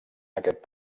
aquest